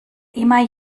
immer